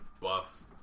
buff